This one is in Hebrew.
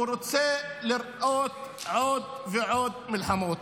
הוא רוצה לראות עוד ועוד מלחמות.